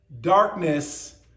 darkness